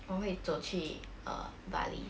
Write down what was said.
我会走去 err bali